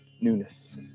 newness